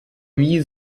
wie